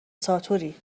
ساتوری